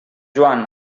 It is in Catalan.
joan